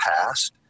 past